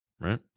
right